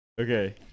Okay